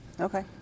Okay